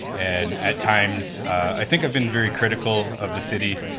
and at times, i think i've been very critical of the city,